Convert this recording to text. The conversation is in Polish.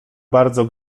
bardzo